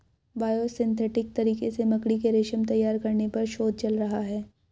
biosynthetic तरीके से मकड़ी के रेशम तैयार करने पर शोध चल रहा है